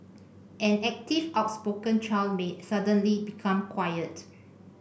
an active outspoken child may suddenly become quiet